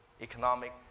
economic